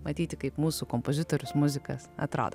matyti kaip mūsų kompozitorius muzikas atrodo